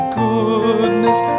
goodness